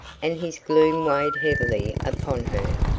and his gloom weighed heavily upon her.